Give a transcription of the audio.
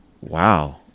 wow